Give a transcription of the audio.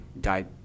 died